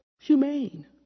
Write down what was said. humane